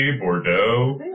Bordeaux